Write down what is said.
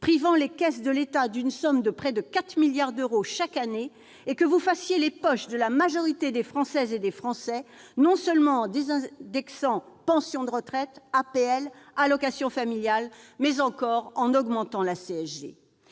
privant les caisses de l'État d'une somme de près de 4 milliards d'euros chaque année, et que vous fassiez les poches de la majorité des Françaises et des Français, non seulement en désindexant pensions de retraite, APL et allocations familiales, mais encore en augmentant la CSG